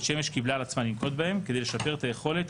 שמש קיבלה על עצמה לנקוט בהם כדי לשפר את היכולת